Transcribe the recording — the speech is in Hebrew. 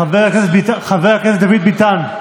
חבר הכנסת ביטן, חבר הכנסת דוד ביטן,